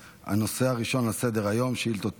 הנושא הראשון על סדר-היום הוא שאילתות דחופות.